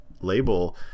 label